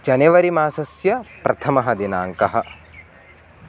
जनेवरि मासस्य प्रथमः दिनाङ्कः